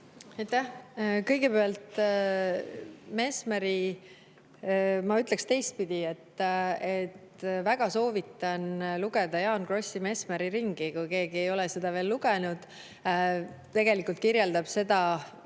Aitäh! Kõigepealt Mesmeri … Ma ütleksin teistpidi, et väga soovitan lugeda Jaan Krossi "Mesmeri ringi", kui keegi ei ole seda veel lugenud. See tegelikult kirjeldab …